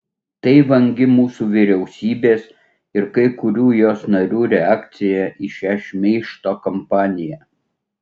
tai vangi mūsų vyriausybės ir kai kurių jos narių reakcija į šią šmeižto kampaniją